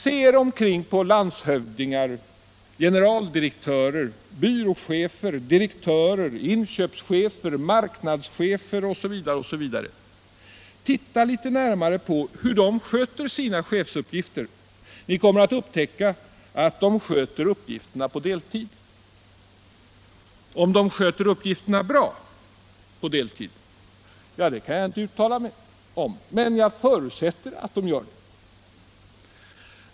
Se på landshövdingar, generaldirektörer, byråchefer, direktörer, inköpschefer, marknadschefer osv., titta litet närmare på hur de sköter sina chefsuppgifter. Ni kommer att upptäcka att de sköter dem på deltid. Om de sköter uppgifterna bra på deltid kan jag inte uttala mig om, men jag förutsätter att de gör det.